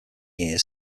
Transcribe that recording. years